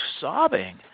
sobbing